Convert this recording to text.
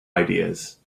ideas